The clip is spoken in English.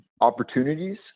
opportunities